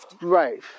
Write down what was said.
Right